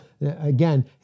again